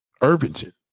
Irvington